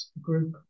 group